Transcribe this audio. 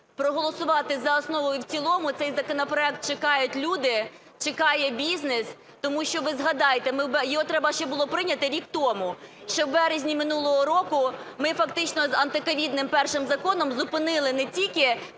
проголосувати за основу і в цілому. Цей законопроект чекають люди, чекає бізнес. Тому що, ви згадайте, його треба ще було прийняти рік тому. Ще в березні минулого року ми фактично антиковідним першим законом зупинили не тільки